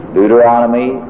Deuteronomy